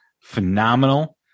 phenomenal